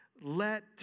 let